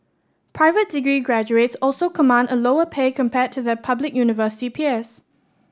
private degree graduates also command a lower pay compared to their public university peers